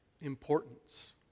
importance